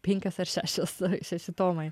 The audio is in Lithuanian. penkias ar šešios šeši tomai